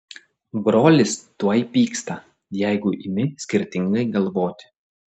brolis tuoj pyksta jeigu imi skirtingai galvoti